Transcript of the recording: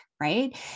right